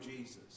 Jesus